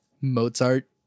Mozart